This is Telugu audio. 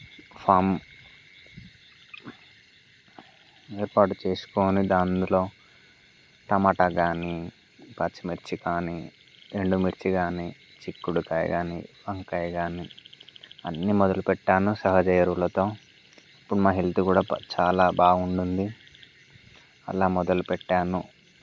ఫామ్ ఏర్పాటు చేసుకొని దాని అందులో టమాటా కానీ పచ్చిమిర్చి కానీ ఎండుమిర్చి కానీ చిక్కుడుకాయ కానీ వంకాయ కానీ అన్నీ మొదలు పెట్టాను సహజ ఎరువులతో ఇప్పుడు మా హెల్త్ కూడా చాలా బాగుంటుంది అలా మొదలు పెట్టాను